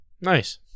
Nice